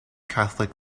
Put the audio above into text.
catholic